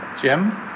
Jim